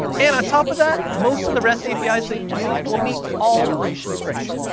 and on top of that, most of the rest apis that you use will meet all of these constraints.